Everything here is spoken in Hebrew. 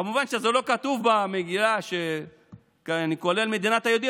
כמובן שלא כתוב במגילה שזה כולל מדינת היהודים,